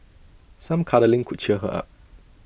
some cuddling could cheer her up